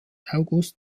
august